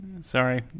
Sorry